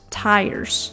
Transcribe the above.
tires